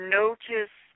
notice